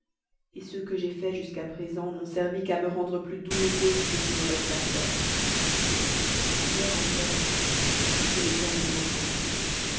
sacrifices ceux que j'ai faits jusqu'à présent n'ont servi qu'à rendre plus douloureux ceux qui me restent à faire hier encore je l'ai bien vivement senti